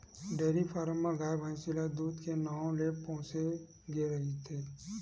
dairy farm म गाय, भइसी ल दूद के नांव ले पोसे गे रहिथे